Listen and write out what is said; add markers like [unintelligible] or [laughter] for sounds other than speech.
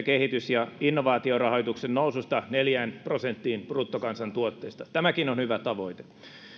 [unintelligible] kehitys ja innovaatiorahoituksen noususta neljään prosenttiin bruttokansantuotteesta tämäkin on hyvä tavoite